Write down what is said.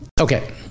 Okay